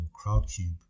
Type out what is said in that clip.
Crowdcube